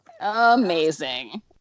amazing